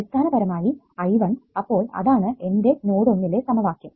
അടിസ്ഥാനപരമായി I1 അപ്പോൾ അതാണ് എന്റെ നോഡ് ഒന്നിലെ സമവാക്യം